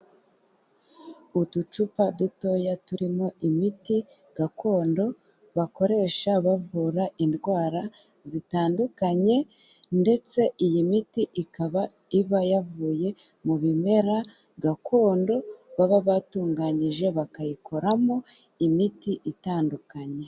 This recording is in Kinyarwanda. Uducupa dutoya turimo imiti gakondo bakoresha bavura indwara zitandukanye ndetse iyi miti ikaba iba yavuye mu bimera gakondo, baba batunganyije bakayikoramo imiti itandukanye.